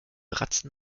ratzen